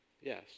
yes